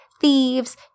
thieves